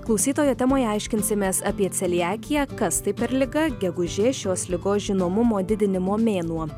klausytojų temoje aiškinsimės apie celiakiją kas tai per liga gegužė šios ligos žinomumo didinimo mėnuo